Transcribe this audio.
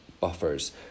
buffers